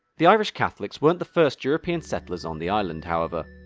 the irish catholics weren't the first european settlers on the island, however,